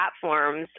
platforms